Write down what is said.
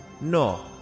No